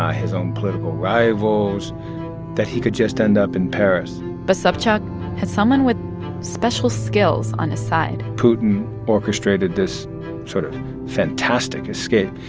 um his own political rivals that he could just end up in paris but sobchak had someone with special skills on his side putin orchestrated this sort of fantastic escape.